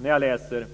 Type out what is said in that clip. När jag läser